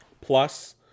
Plus